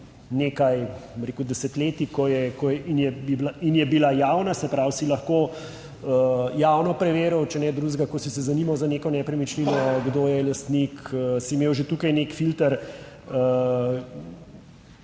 rekel, desetletij in je bila javna, se pravi, si lahko javno preveril, če ne drugega, ko si se zanimal za neko nepremičnino, kdo je lastnik, si imel že tukaj nek filter